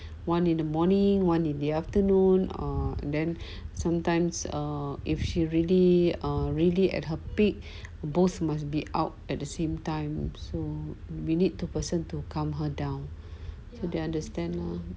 one in the morning one in the afternoon or then sometimes or if she really ah really at her peak both must be out at the same time so we need to person to calm her down so they understand lah